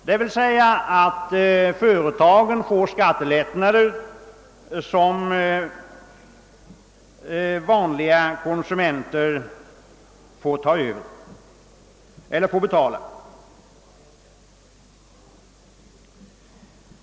Detta innebär att företagen får skattelättnader som vanliga konsumenter skall betala.